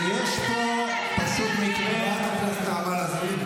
ויש פה פשוט מקרה ------ חברת הכנסת נעמה לזימי,